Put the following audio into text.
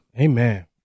Amen